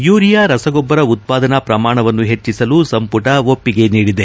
urea ರಸಗೊಬ್ಬರ ಉತ್ಪಾದನಾ ಪ್ರಮಾಣವನ್ನು ಹೆಚ್ಚಿಸಲು ಸಂಪುಟ ಒಪ್ಪಿಗೆ ನೀಡಿದೆ